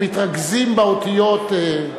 הם מתרכזים באותיות,